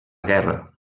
guerra